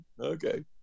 okay